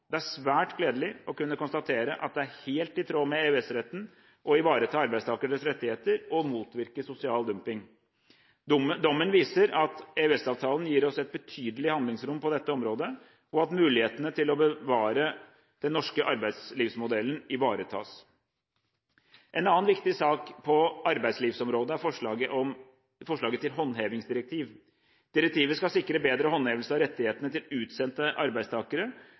Det er svært gledelig å kunne konstatere at det er helt i tråd med EØS-retten å ivareta arbeidstakeres rettigheter og motvirke sosial dumping. Dommen viser at EØS-avtalen gir oss et betydelig handlingsrom på dette området, og at muligheten til å bevare den norske arbeidslivsmodellen ivaretas. En annen viktig sak på arbeidslivsområdet er forslaget til håndhevingsdirektiv. Direktivet skal sikre bedre håndhevelse av rettighetene til utsendte arbeidstakere,